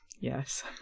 Yes